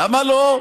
למה לא?